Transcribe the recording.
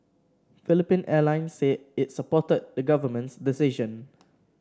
Philippine Airlines said it supported the government's decision